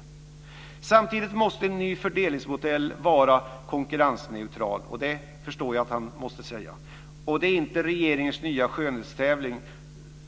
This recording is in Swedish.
Han fortsätter: Samtidigt måste en ny fördelningsmodell vara konkurrensneutral - och det förstår jag att han måste säga - och det är inte regeringens nya skönhetstävling